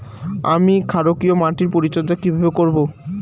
আমি ক্ষারকীয় মাটির পরিচর্যা কিভাবে করব?